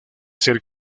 ser